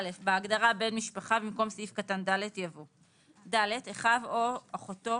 (א)בהגדרה "בן משפחה" במקום סעיף קטן (ד) יבוא: "(ד)אחיו או אחותו